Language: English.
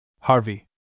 Harvey